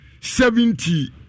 seventy